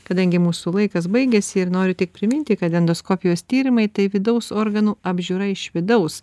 kadangi mūsų laikas baigiasi ir noriu tik priminti kad endoskopijos tyrimai tai vidaus organų apžiūra iš vidaus